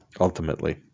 ultimately